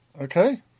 Okay